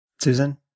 Susan